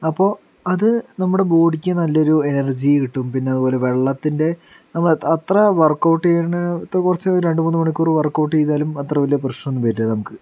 അപ്പോൾ അത് നമ്മുടെ ബോഡിക്ക് നല്ലൊരു എനർജി കിട്ടും പിന്നെ അതുപോലെ വെള്ളത്തിൻറെ നമ്മളെ അത്ര വർക്കൗട്ട് ചെയ്യണ അത്ര കുറച്ച് രണ്ട് മൂന്ന് മണിക്കൂർ വർക്ക്ഔട്ട് ചെയ്താലും അത്ര വലിയ പ്രശ്നം ഒന്നും വരില്ല നമുക്ക്